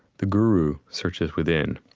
the guru searches within.